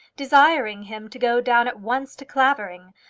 desiring him to go down at once to clavering,